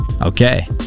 Okay